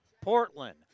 Portland